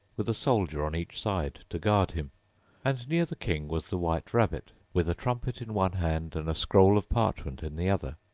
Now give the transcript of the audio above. with a soldier on each side to guard him and near the king was the white rabbit, with a trumpet in one hand, and a scroll of parchment in the other.